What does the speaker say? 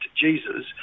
Jesus